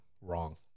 Wrong